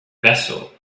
vessel